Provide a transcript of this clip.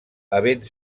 havent